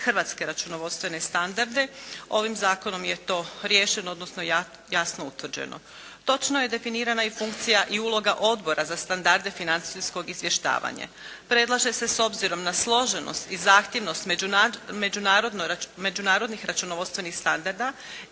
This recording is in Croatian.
hrvatske računovodstvene standarde. Ovim Zakonom je to riješeno, odnosno jasno utvrđeno. Točno je definirana i funkcija i uloga Odbora za standarde financijskog izvještavanja. Predlaže se s obzirom na složenost i zahtjevnost međunarodnih računovodstvenih standarda